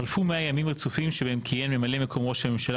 חלפו 100 ימים רצופים בהם כיהן ממלא מקום ראש הממשלה